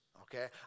okay